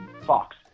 fox